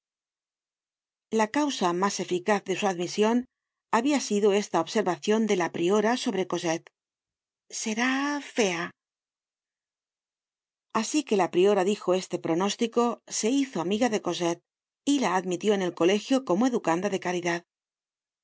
la causa mas eficaz de su admision habia sido esta observacion de lapriora sobre cosette será fea asi que la priora dijo este pronóstico se hizo amiga de cosette y la admitió en el colegio como educanda de caridad